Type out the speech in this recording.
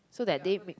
so that day